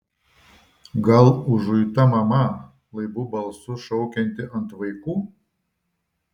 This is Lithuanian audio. gal užuita mama laibu balsu šaukianti ant vaikų